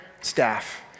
staff